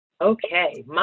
Okay